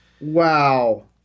Wow